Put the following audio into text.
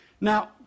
Now